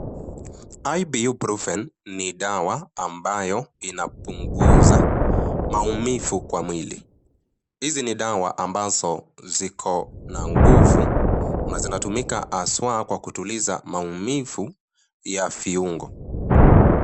IBU Brufen, ni dawa ambayo, inapunguza maumivu kwa mwili. Hizi ni dawa ambazo, zikona nguvu na zinatumika haswa kwa kutuliza maumivu ya viungo.